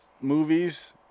movies